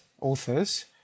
authors